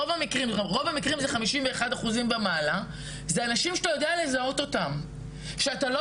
51 אחוזים ומעלה זה אנשים שאתה יודע לזהות אותם שאתה לא